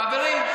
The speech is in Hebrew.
חברים,